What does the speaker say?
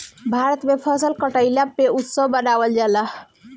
भारत में फसल कटईला पअ उत्सव मनावल जाला